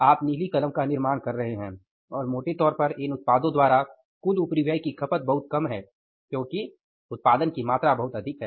आप नीली कलम का निर्माण कर रहे हैं और मोटे तौर पर इन उत्पादों द्वारा कुल उपरिव्यय की खपत बहुत कम हैं क्योंकि उत्पादन की मात्रा बहुत अधिक है